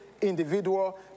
individual